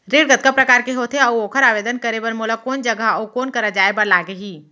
ऋण कतका प्रकार के होथे अऊ ओखर आवेदन करे बर मोला कोन जगह अऊ कोन करा जाए बर लागही?